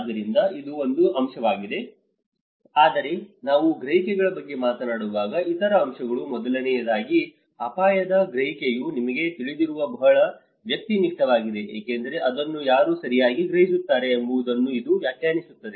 ಆದ್ದರಿಂದ ಇದು ಒಂದು ಅಂಶವಾಗಿದೆ ಆದರೆ ನಾವು ಗ್ರಹಿಕೆಗಳ ಬಗ್ಗೆ ಮಾತನಾಡುವಾಗ ಇತರ ಅಂಶಗಳು ಮೊದಲನೆಯದಾಗಿ ಅಪಾಯದ ಗ್ರಹಿಕೆಯು ನಿಮಗೆ ತಿಳಿದಿರುವ ಬಹಳ ವ್ಯಕ್ತಿನಿಷ್ಠವಾಗಿದೆ ಏಕೆಂದರೆ ಅದನ್ನು ಯಾರು ಸರಿಯಾಗಿ ಗ್ರಹಿಸುತ್ತಾರೆ ಎಂಬುದನ್ನೂ ಇದು ವ್ಯಾಖ್ಯಾನಿಸುತ್ತದೆ